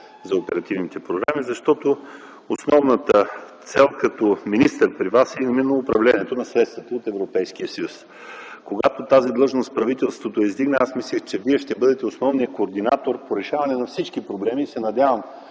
за оперативните програми? Защото основната цел като министър при Вас е именно управлението на средствата от Европейския съюз. Когато правителството издигна тази длъжност, мислех, че Вие ще бъдете основният координатор по решаването на всички проблеми. Господин